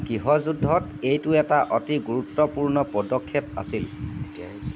গৃহযুদ্ধত এইটো এটা অতি গুৰুত্বপূৰ্ণ পদক্ষেপ আছিল